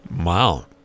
Wow